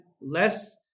less